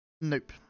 Nope